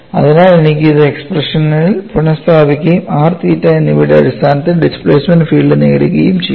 അതിനാൽ എനിക്ക് ഇത് എക്സ്പ്രഷനിൽ പുനഃസ്ഥാപിക്കുകയും r തീറ്റ എന്നിവയുടെ അടിസ്ഥാനത്തിൽ ഡിസ്പ്ലേസ്മെന്റ് ഫീൽഡ് നേടുകയും ചെയ്യാം